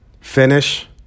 Finish